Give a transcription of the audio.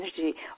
energy